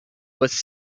was